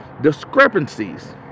discrepancies